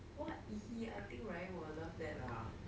what !ee! I think ryan will love that ah